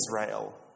Israel